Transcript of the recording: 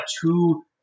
two